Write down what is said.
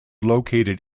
located